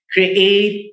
Create